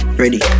ready